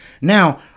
Now